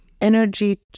energy